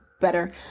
better